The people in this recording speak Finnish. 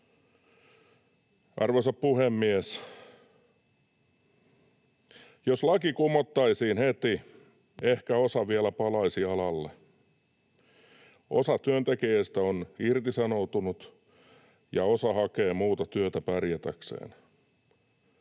Arvoisa puhemies! Jos laki kumottaisiin heti, ehkä osa vielä palaisi alalle. Osa työntekijöistä on irtisanoutunut ja osa hakee muuta työtä pärjätäkseen.